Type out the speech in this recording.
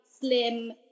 slim